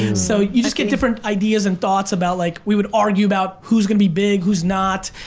and so you just get different ideas and thoughts about like we would argue about who's gonna be big, who's not.